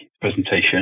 presentation